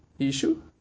issue